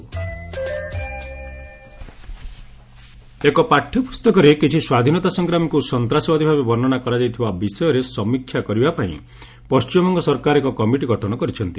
ଡବୁବି textbook ଏକ ପାଠ୍ୟପୁସ୍ତକରେ କିଛି ସ୍ୱାଧୀନତା ସଂଗ୍ରାମୀଙ୍କୁ ସନ୍ତାସବାଦୀ ଭାବେ ବର୍ଷ୍ଣନା କରାଯାଇଥିବା ବିଷୟର ସମୀକ୍ଷା କରିବା ପାଇଁ ପଶ୍ଚିମବଙ୍ଗ ସରକାର ଏକ କମିଟି ଗଠନ କରିଛନ୍ତି